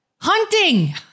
hunting